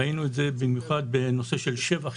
ראינו את זה במיוחד בנושא של שבח,